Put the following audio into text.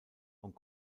und